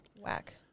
Whack